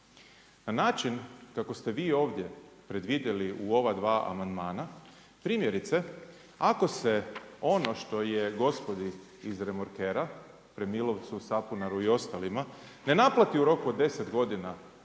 Na način kako ste vi ovdje predvidjeli u ova dva amandmana, primjerice, ako se ono što je gospodi iz Remorkera, Premilovcu, Sapunaru i ostalima ne naplati u roku od 10 godina